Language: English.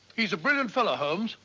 he's a brilliant fellow, holmes.